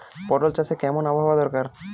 পটল চাষে কেমন আবহাওয়া দরকার?